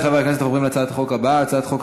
בעד,